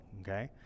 Okay